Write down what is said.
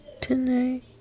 Tonight